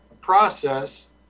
process